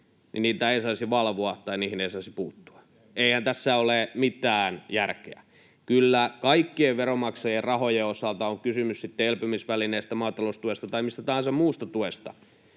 niitä ei saisi valvoa tai niihin ei saisi puuttua. [Hannu Hoskosen välihuuto] Eihän tässä ole mitään järkeä. Kyllä kaikkien veronmaksajien rahojen osalta, on kysymys sitten elpymisvälineestä, maataloustuesta tai mistä tahansa muusta tuesta,